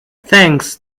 thanks